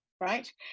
right